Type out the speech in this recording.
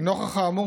לנוכח האמור,